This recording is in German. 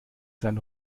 sein